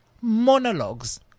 monologues